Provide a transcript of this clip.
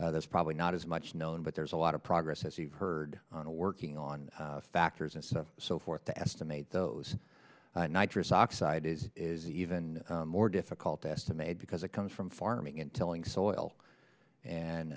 forth that's probably not as much known but there's a lot of progress as we've heard of working on factors and so forth to estimate those nitric oxide is is even more difficult to estimate because it comes from farming in telling soil and